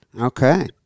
Okay